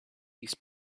these